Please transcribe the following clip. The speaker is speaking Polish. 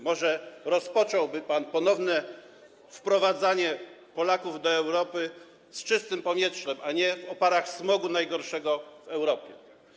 Może rozpocząłby pan ponowne wprowadzanie Polaków do Europy, z czystym powietrzem, a nie w oparach smogu najgorszego w Europie?